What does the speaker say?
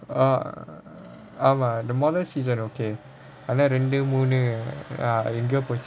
uh um uh the modelled season okay அதான் ரெண்டு மூணு அது எங்கயோ போச்சி:athaan rendu moonu athu engayo pochi